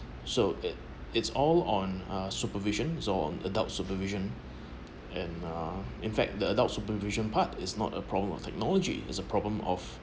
so it it's all on a supervision it's on adult supervision and uh in fact the adult supervision part is not a problem of technology is a problem of